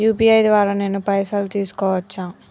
UPI ద్వారా నేను పైసలు తీసుకోవచ్చా?